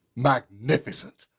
magnificent.